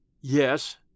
Yes